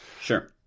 sure